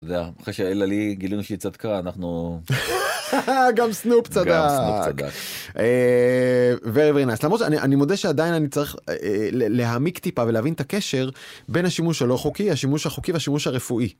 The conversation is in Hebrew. זה אחרי שאלה־לי גילינו שהיא צדקה אנחנו גם סנופ צדק ואני מודה שעדיין אני צריך להעמיק טיפה ולהבין את הקשר בין השימוש הלא חוקי השימוש החוקי והשימוש הרפואי.